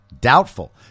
Doubtful